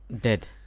Dead